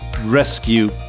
rescue